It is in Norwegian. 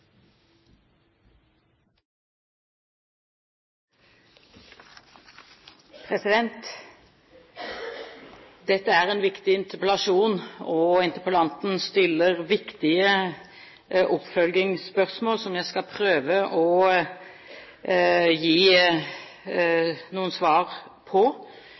Dette er en viktig interpellasjon, og interpellanten stiller viktige oppfølgingsspørsmål, som jeg skal prøve å gi noen svar på.